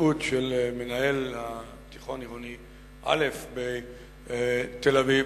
להתבטאות של מנהל תיכון עירוני א' בתל-אביב,